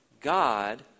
God